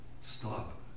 Stop